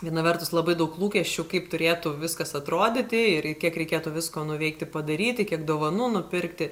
viena vertus labai daug lūkesčių kaip turėtų viskas atrodyti ir kiek reikėtų visko nuveikti padaryti kiek dovanų nupirkti